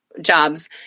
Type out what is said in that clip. jobs